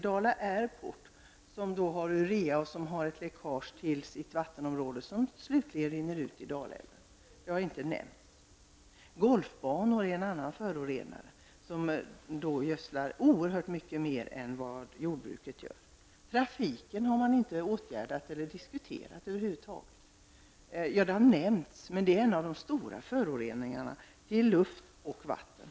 Dala Airport har ett läckage av urea till sitt vattenområde, och vattnet rinner till slut ut i Dalälven. Det har inte nämnts. Från golfbanor kommer många föroreningar. På golfbanor gödslar man oerhört mycket mer än vad man gör inom jordbruket. Trafiken har man inte åtgärdat eller över huvud taget diskuterat. Det är ett problem som har nämnts, men trafiken är en av de stora förorenarna till luft och vatten.